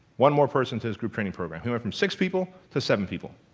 one more person to his group training program. it went from six people to seven people.